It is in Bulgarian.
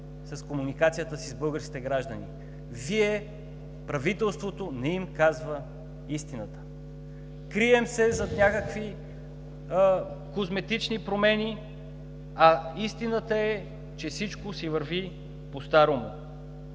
с комуникацията си с българските граждани. Вие, правителството, не им казвате истината. Крием се зад някакви козметични промени, а истината е, че всичко си върви постарому.